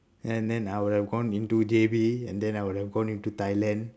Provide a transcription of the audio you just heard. and then I would have gone into J_B and then I would have gone into thailand